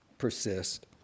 persist